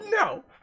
no